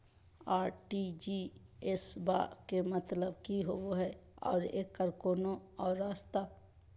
RTGS बा के मतलब कि होबे हय आ एकर कोनो और रस्ता?